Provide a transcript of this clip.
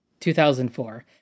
2004